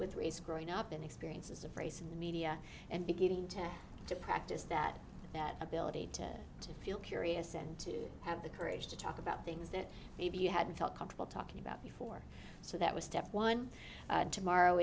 with race growing up in experiences of race in the media and beginning to practice that that ability to feel curious and to have the courage to talk about things that maybe you hadn't felt comfortable talking about before so that was step one tomorrow